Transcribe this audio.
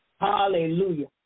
Hallelujah